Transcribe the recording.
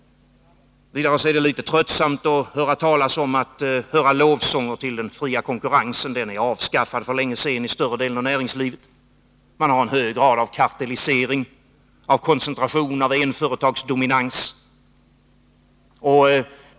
Vidare är det litet tröttsamt att höra lovsånger till den fria konkurrensen. Den är avskaffad för länge sedan i större delen av näringslivet. Man har en hög grad av kapitalisering, av koncentration och av enföretagsdominans.